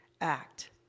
act